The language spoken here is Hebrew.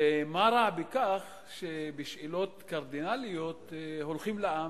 ומה רע בכך שבשאלות קרדינליות הולכים לעם